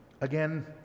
Again